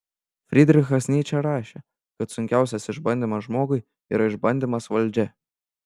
frydrichas nyčė rašė kad sunkiausias išbandymas žmogui yra išbandymas valdžia